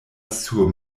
sur